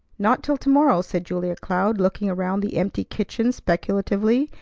not till to-morrow, said julia cloud, looking around the empty kitchen speculatively,